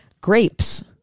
Grapes